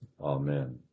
Amen